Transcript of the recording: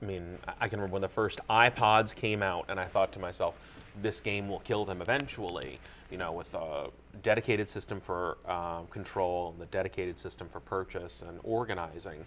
i mean i can when the first i pods came out and i thought to myself this game will kill them eventually you know with a dedicated system for control the dedicated system for purchase and organizing